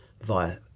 via